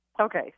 Okay